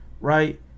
right